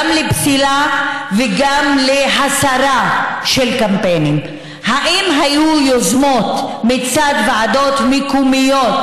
גם לפסול וגם להסיר קמפיינים: האם היו יוזמות מצד ועדות מקומיות